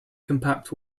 compact